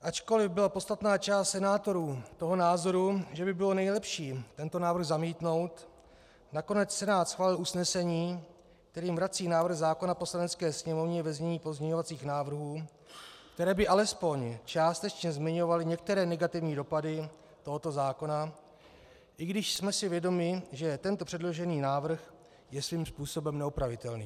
Ačkoliv byla podstatná část senátorů toho názoru, že by bylo nejlepší tento návrh zamítnout, nakonec Senát schválil usnesení, kterým vrací návrh zákona Poslanecké sněmovně ve znění pozměňovacích návrhů, které by alespoň částečně zmiňovaly některé negativní dopady tohoto zákona, i když jsem si vědom, že tento předložený návrh je svým způsobem neopravitelný.